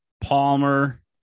Palmer